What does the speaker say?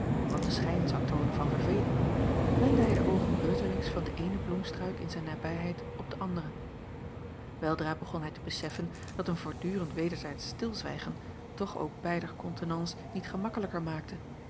wat den schijn zou toonen van verveeling wendde hij de oogen beurtelings van de eene bloemstruik in zijn nabijheid op de andere weldra begon hij te beseffen dat een voortdurend wederzijdsch stilzwijgen toch ook beider contenance niet gemakkelijker maakte